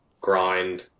grind